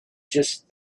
just